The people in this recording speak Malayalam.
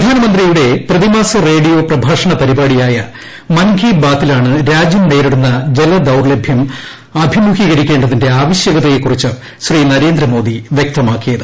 പ്രധാനമന്ത്രിയുടെ പ്രതിമാസ റേഡിയോ പ്രഭാഷണ പരിപാടിയായ മൻകി ബാത്തിലാണ് രാജ്യം നേരിടുന്ന ജലദൌർലഭൃം അഭിമുഖീകരിക്കേണ്ടതിന്റെ ആവശ്യകതയെ ക്കുറിച്ച് ശ്രീ നരേന്ദ്രമോദി വ്യക്തമാക്കിയത്